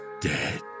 dead